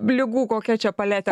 ligų kokia čia paletė